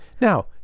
now